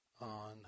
on